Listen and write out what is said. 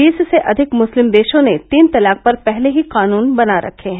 बीस से अधिक मुस्लिम देशों ने तीन तलाक पर पहले ही कानून बना रखे हैं